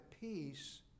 peace